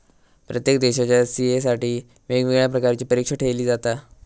प्रत्येक देशाच्या सी.ए साठी वेगवेगळ्या प्रकारची परीक्षा ठेयली जाता